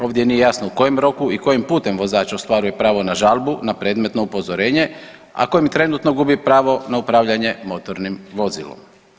Ovdje nije jasno u kojem roku i kojim putem vozač ostvaruje pravo na žalbu na predmetno upozorenje, a kojim trenutno gubi pravo na upravljanje motornim vozilom.